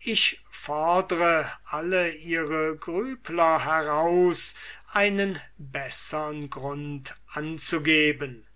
ich fordre alle ihre grübler heraus einen bessern grund anzugeben